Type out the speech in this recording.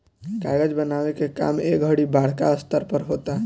कागज बनावे के काम ए घड़ी बड़का स्तर पर होता